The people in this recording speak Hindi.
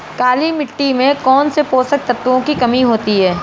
काली मिट्टी में कौनसे पोषक तत्वों की कमी होती है?